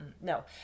no